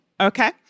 okay